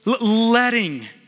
letting